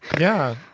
yeah,